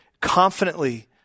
confidently